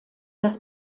das